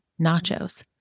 nachos